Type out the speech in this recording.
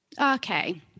Okay